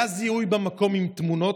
היה זיהוי במקום עם תמונות.